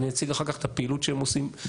אני אציג אחר כך את הפעילות שהם עושים.